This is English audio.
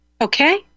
Okay